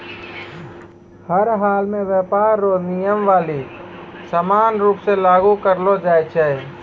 हर हालमे व्यापार रो नियमावली समान रूप से लागू करलो जाय छै